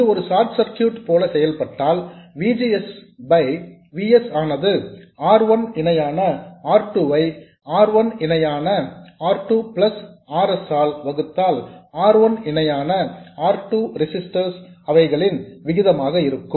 இது ஒரு short circuit போல செயல்பட்டால் V G S by V s ஆனது R 1 இணையான R 2 ஐ R 1 இணையான R 2 பிளஸ் R s ஆல் வகுத்தல் R 1 இணையான R 2 ரெசிஸ்டர்ஸ் களின் விகிதமாக இருக்கும்